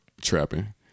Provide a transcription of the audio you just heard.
trapping